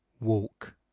Walk